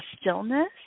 stillness